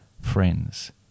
friends